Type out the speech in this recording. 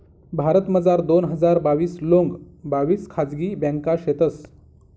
भारतमझार दोन हजार बाविस लोंग बाविस खाजगी ब्यांका शेतंस